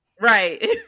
Right